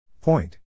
Point